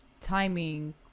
timing